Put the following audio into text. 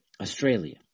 Australia